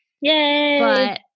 Yay